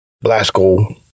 Blasco